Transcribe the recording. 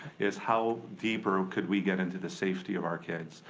is how deeper could we get into the safety of our kids.